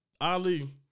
Ali